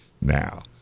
now